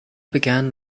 began